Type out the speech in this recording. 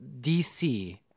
DC